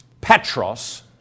Petros